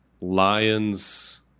Lions